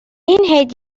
این